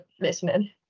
listening